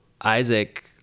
Isaac